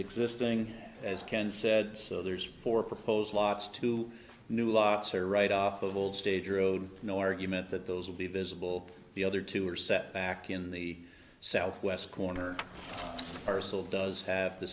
existing as ken said so there's four proposed lots two new lots are right off of old stager road no argument that those will be visible the other two are set back in the southwest corner parcel does have the